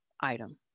item